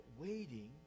waiting